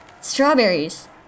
strawberries